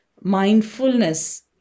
mindfulness